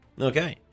Okay